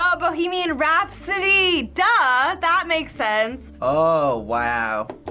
ah bohemian rhapsody! duh, that makes sense! oh, wow.